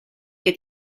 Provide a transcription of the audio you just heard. que